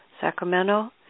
Sacramento